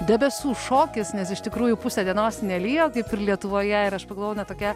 debesų šokis nes iš tikrųjų pusę dienos nelijo kaip ir lietuvoje ir aš pagalvojau na tokia